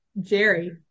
Jerry